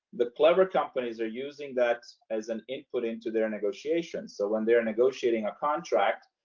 the clever companies are using that as an input into their negotiations. so when they're negotiating a contract,